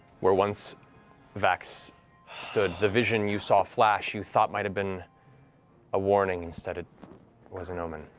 where once vax stood, the vision you saw flash you thought might have been a warning, instead it was an omen.